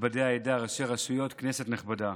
נכבדי העדה, ראשי רשויות, כנסת נכבדה,